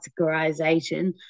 categorization